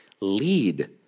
Lead